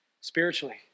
spiritually